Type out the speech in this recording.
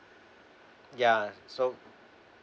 ya so